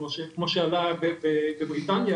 כמו שהיה בבריטניה,